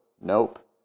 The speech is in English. nope